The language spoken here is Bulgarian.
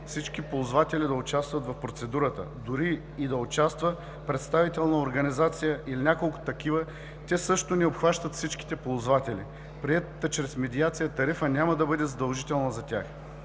всички ползватели да участват в процедурата. Дори и да участват представителна организация или няколко такива, те също не обхващат всичките ползватели. Приетата чрез медиация тарифа няма да бъде задължителна за тях.